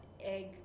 egg